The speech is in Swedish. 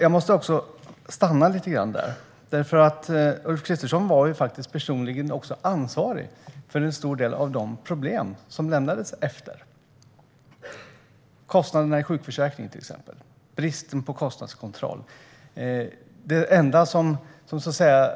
Jag måste stanna där lite grann, för Ulf Kristersson var faktiskt personligen ansvarig för en stor del av de problem som man lämnade efter sig. Det gäller till exempel kostnaderna i sjukförsäkringen och bristen på kostnadskontroll. Det enda som så att säga